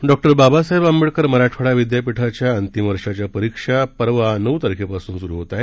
डॉ बाबासाहेब आंबेडकर मराठवाडा विद्यापीठाच्या अंतिम वर्षाच्या परीक्षा परवा नऊ तारखेपासून सुरू होत आहेत